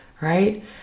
right